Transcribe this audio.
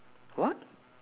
what